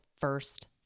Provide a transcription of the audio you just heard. first